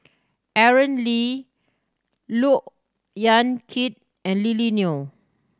Aaron Lee Look Yan Kit and Lily Neo